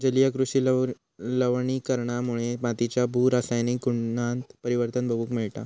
जलीय कृषि लवणीकरणाच्यामुळे मातीच्या भू रासायनिक गुणांत परिवर्तन बघूक मिळता